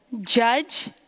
judge